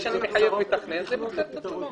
זה שמחייבים שיהיה מתכנן זה נותן את התשובה.